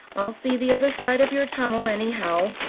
i'll see the other side of your tunnel, anyhow.